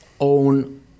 own